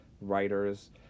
writers